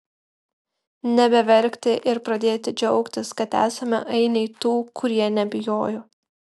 nebeverkti ir pradėti džiaugtis kad esame ainiai tų kurie nebijojo